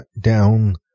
down